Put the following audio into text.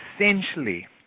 essentially